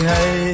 Hey